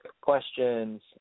questions